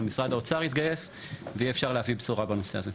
משרד האוצר יתגייס ויהיה אפשר להביא בשורה בנושא הזה.